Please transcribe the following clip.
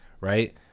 Right